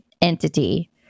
entity